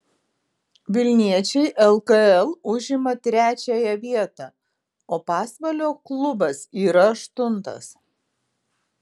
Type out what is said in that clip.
vilniečiai lkl užima trečiąją vietą o pasvalio klubas yra aštuntas